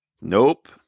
Nope